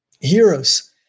heroes